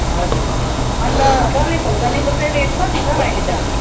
हजुर अन्त डल्ले खोर्सानीको चाहिँ रेट कति छ हौ अहिले दाम